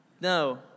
No